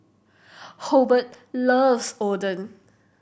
Hobart loves Oden